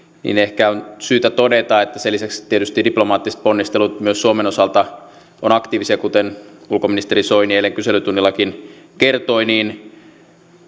ehkä on syytä todeta että sen lisäksi että tietysti diplomaattiset ponnistelut myös suomen osalta ovat aktiivisia kuten ulkoministeri soini eilen kyselytunnillakin kertoi